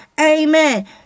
Amen